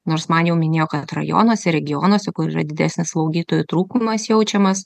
nors man jau minėjo kad rajonuose regionuose kur yra didesnis slaugytojų trūkumas jaučiamas